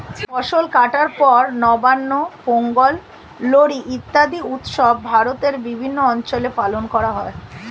ফসল কাটার পর নবান্ন, পোঙ্গল, লোরী ইত্যাদি উৎসব ভারতের বিভিন্ন অঞ্চলে পালন করা হয়